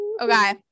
Okay